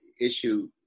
issue